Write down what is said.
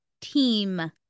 team